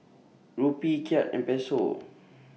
Rupee Kyat and Peso